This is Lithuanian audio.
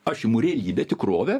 aš imu realybę tikrovę